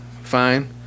fine